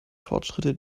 fortschritte